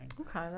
Okay